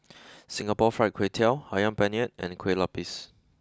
Singapore fried Kway Tiao Ayam Penyet and Kueh Lupis